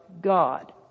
God